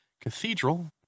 cathedral